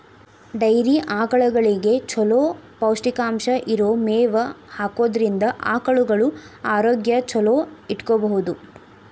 dairy ಆಕಳಗಳಿಗೆ ಚೊಲೋ ಪೌಷ್ಟಿಕಾಂಶ ಇರೋ ಮೇವ್ ಹಾಕೋದ್ರಿಂದ ಆಕಳುಗಳ ಆರೋಗ್ಯ ಚೊಲೋ ಇಟ್ಕೋಬಹುದು